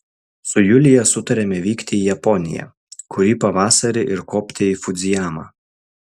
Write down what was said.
su julija sutarėme vykti į japoniją kurį pavasarį ir kopti į fudzijamą